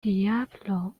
diablo